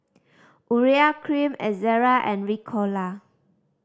Urea Cream Ezerra and Ricola